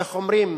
איך אומרים,